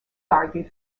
argued